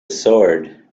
sword